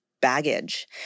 baggage